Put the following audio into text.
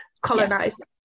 colonized